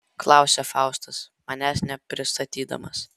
klausia faustas manęs nepristatydamas